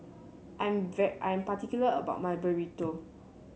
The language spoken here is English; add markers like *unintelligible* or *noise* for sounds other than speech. I am *unintelligible* I am particular about my Burrito